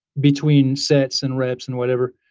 between sets and reps and whatever.